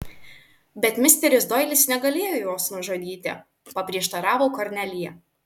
bet misteris doilis negalėjo jos nužudyti paprieštaravo kornelija